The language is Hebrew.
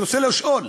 אני רוצה לשאול.